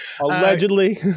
allegedly